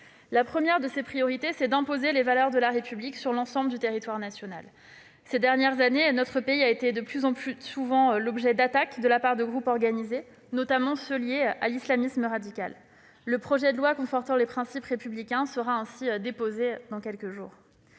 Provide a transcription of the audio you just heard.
La première de ces priorités est d'imposer les valeurs de la République sur l'ensemble du territoire national. Au cours des dernières années, notre pays a de plus en plus souvent été l'objet d'attaques de la part de groupes organisés, notamment liés à l'islamisme radical. À cet égard, le projet de loi confortant les principes républicains sera déposé dans quelques jours.